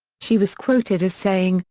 she was quoted as saying,